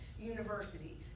University